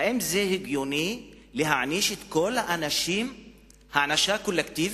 האם זה הגיוני להעניש את כל האנשים הענשה קולקטיבית?